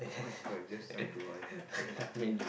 !my god! just jump to wife okay